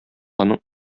аның